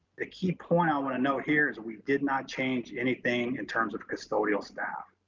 the key point i want to note here is we did not change anything in terms of custodial staff.